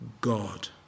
God